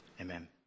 Amen